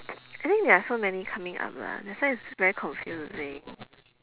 I think there are so many coming up lah that's why it's very confusing